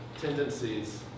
Tendencies